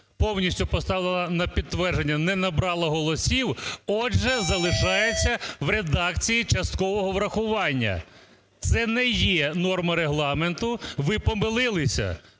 повністю поставлена на підтвердження, не набрала голосів, отже, залишається в редакції часткового врахування. Це не є норма Регламенту. Ви помилилися,